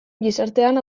gizartean